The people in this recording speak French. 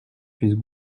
puisse